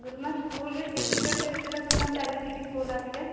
ଗୁରୁମା ସ୍କୁଲ୍ରେ କେତେଟାରୁ କେତେଟା ସମୟ ଚାଲିଛି କି ସ୍କୁଲ୍ ଅବିକା